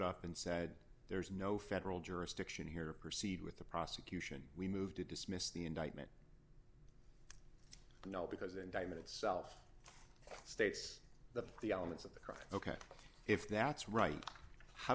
up and said there's no federal jurisdiction here proceed with the prosecution we move to dismiss the indictment no because the indictment itself states that the elements of the crime ok if that's right how